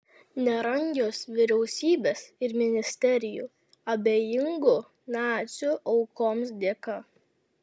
nerangios vyriausybės ir ministerijų abejingų nacių aukoms dėka